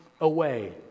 away